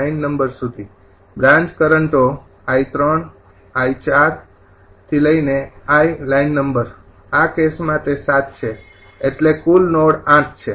LN branch કરંટો ૩૪𝐼𝐿𝑁 આ કેસમાં તે ૭ છે ઍટલે કુલ નોડ ૮ છે